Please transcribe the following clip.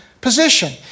position